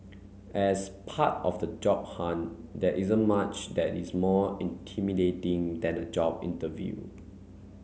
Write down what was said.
as part of the job hunt there isn't much that is more intimidating than a job interview